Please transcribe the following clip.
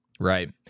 Right